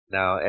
Now